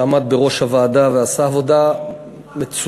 שעמד בראש הוועדה ועשה עבודה מצוינת,